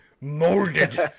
Molded